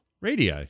Radii